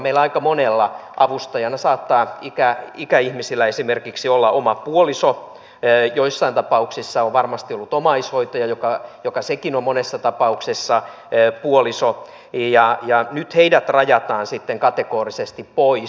aika monella avustajana saattaa olla ikäihmisillä esimerkiksi oma puoliso joissain tapauksissa on varmasti ollut omaishoitaja joka sekin on monessa tapauksessa puoliso ja nyt heidät rajataan sitten kategorisesti pois